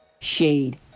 Shade